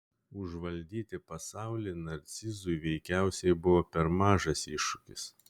užvaldyti pasaulį narcizui veikiausiai buvo per mažas iššūkis